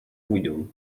pójdę